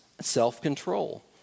self-control